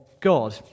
God